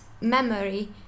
memory